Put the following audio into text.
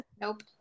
Nope